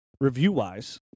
review-wise